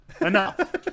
Enough